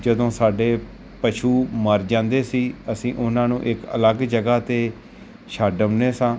ਜਦੋਂ ਸਾਡੇ ਪਸ਼ੂ ਮਰ ਜਾਂਦੇ ਸੀ ਅਸੀਂ ਉਹਨਾਂ ਨੂੰ ਇੱਕ ਅਲੱਗ ਜਗ੍ਹਾ 'ਤੇ ਛੱਡ ਆਉਂਦੇ ਹਾਂ